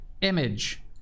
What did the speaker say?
image